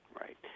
Right